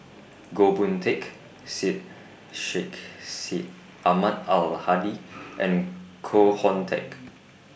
Goh Boon Teck Syed Sheikh Syed Ahmad Al Hadi and Koh Hoon Teck